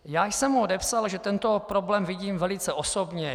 Já jsem mu odepsal, že tento problém vidím velice osobně.